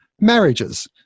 marriages